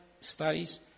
studies